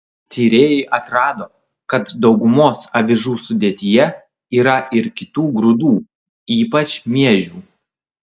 tyrėjai atrado kad daugumos avižų sudėtyje yra ir kitų grūdų ypač miežių